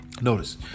Notice